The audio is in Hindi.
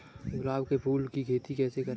गुलाब के फूल की खेती कैसे करें?